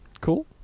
Cool